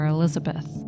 Elizabeth